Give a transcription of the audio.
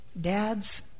Dads